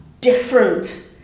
different